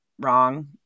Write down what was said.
wrong